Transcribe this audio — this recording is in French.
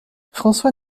françois